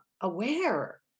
aware